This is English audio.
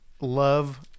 love